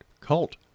cult